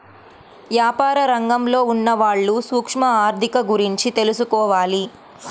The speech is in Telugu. యాపార రంగంలో ఉన్నవాళ్ళు సూక్ష్మ ఆర్ధిక గురించి తెలుసుకోవాలి